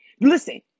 listen